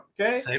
okay